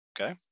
okay